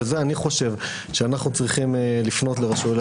וזה אני חושב שאנחנו צריכים לרשויות,